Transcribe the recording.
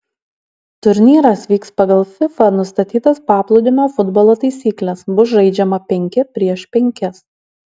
turnyras vyks pagal fifa nustatytas paplūdimio futbolo taisykles bus žaidžiama penki prieš penkis